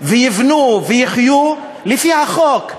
ויבנו ויחיו לפי החוק.